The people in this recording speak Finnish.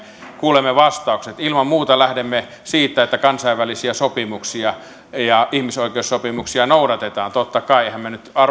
kuulemme vastaukset ilman muuta lähdemme siitä että kansainvälisiä sopimuksia ja ihmisoikeussopimuksia noudatetaan totta kai emmehän me nyt